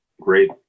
great